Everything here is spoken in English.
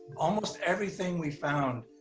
almost everything we found,